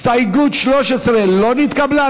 הסתייגות 13 לא נתקבלה.